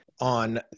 on